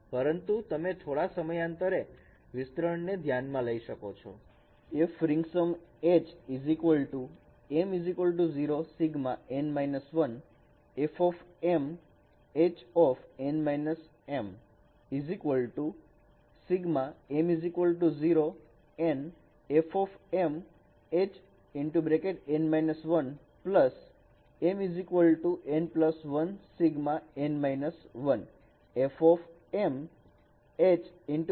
પરંતુ તમે થોડાક સમયાંતરે વિસ્તરણ ને ધ્યાન માં લઈ શકો છો